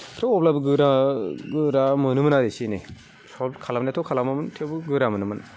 स' अब्लाबो गोरा गोरा मोनोमोन आरो एसे एनै सल्भ खालामनायाथ' खालामोमोन थेवब्लाबो गोरा मोनोमोन